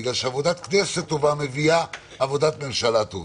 עבודת כנסת טובה מביאה עבודת ממשלה טובה.